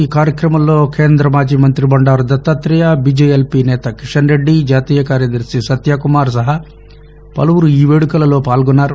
ఈ కార్యక్రమంలో కేంద మాజీ మంతి బండారు దత్తాతేయ బీజేఎల్సీ నేత కిషన్రెడ్డి జాతీయ కార్యదర్శి సత్యకుమార్ సహా పలువురు ఈ వేడుకలలో పాల్గొన్నారు